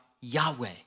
Yahweh